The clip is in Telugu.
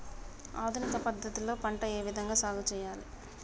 ఆధునిక పద్ధతి లో పంట ఏ విధంగా సాగు చేయాలి?